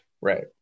Right